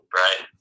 right